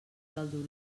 del